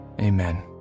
Amen